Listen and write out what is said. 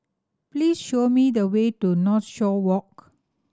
please show me the way to Northshore Walk